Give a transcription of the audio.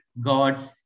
God's